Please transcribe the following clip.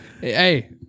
Hey